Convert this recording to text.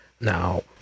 Now